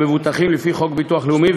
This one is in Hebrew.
המבוטחים לפי חוק הביטוח הלאומי,